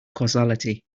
causality